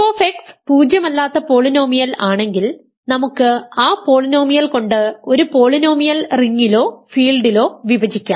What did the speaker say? f പൂജ്യമല്ലാത്ത polynomial ആണെങ്കിൽ നമുക്ക് ആ പോളിനോമിയൽ കൊണ്ട് ഒരു പോളിനോമിയൽ റിംഗിലോ ഫീൽഡിലോ വിഭജിക്കാം